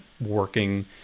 working